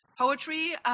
poetry